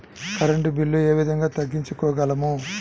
Current bill ఏ విధంగా తగ్గించుకోగలము?